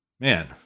Man